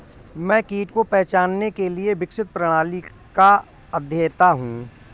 मैं कीट को पहचानने के लिए विकसित प्रणाली का अध्येता हूँ